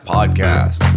Podcast